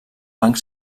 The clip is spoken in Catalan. banc